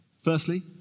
Firstly